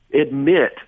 admit